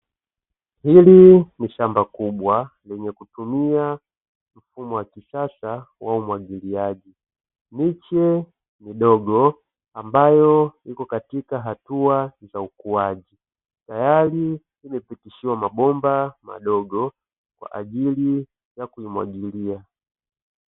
Hili ni shamba kubwa lenye kutumia mfumo wa kisasa wa umwagiliaji, miche midogo ambayo ipo katika hatua za ukuaji, tayari imepitishiwa mabomba madogo kwa ajili ya kuimwagilia.